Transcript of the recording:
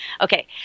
Okay